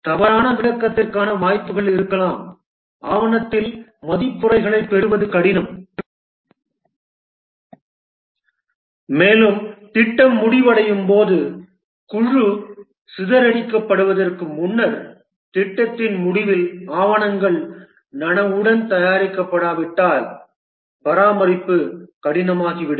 தவறான விளக்கத்திற்கான வாய்ப்புகள் இருக்கலாம் ஆவணத்தில் மதிப்புரைகளைப் பெறுவது கடினம் மேலும் திட்டம் முடிவடையும் போது குழு சிதறடிக்கப்படுவதற்கு முன்னர் திட்டத்தின் முடிவில் ஆவணங்கள் நனவுடன் தயாரிக்கப்படாவிட்டால் பராமரிப்பு கடினமாகிவிடும்